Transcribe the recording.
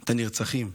את הנרצחים,